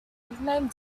nicknamed